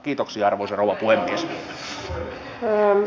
kiitoksia arvoisa rouva puhemies